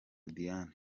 diane